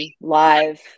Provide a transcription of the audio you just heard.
Live